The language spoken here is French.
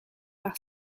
par